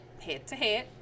head-to-head